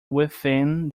within